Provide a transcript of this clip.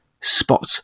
spot